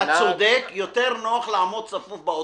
אתה צודק, יותר נוח לעמוד צפוף באוטובוס.